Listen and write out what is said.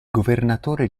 governatore